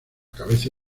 cabeza